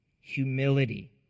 humility